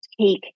take